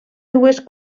dues